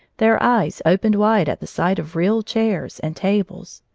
their eyes opened wide at the sight of real chairs and tables.